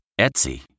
Etsy